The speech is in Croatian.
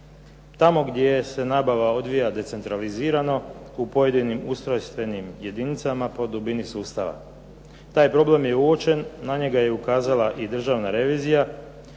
tamo gdje se nabava odvija decentralizirano u pojedinim ustrojstvenim jedinicama po dubini sustava. Taj problem je uočen, na njega je i ukazala državna revizija